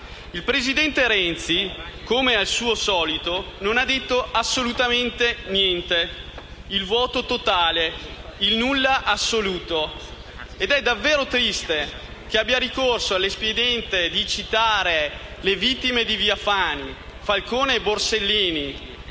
Il presidente Renzi, come suo solito, non ha detto assolutamente niente. Il vuoto totale. Il nulla assoluto. È davvero triste che abbia fatto ricorso all'espediente di citare le vittime di via Fani e Falcone e Borsellino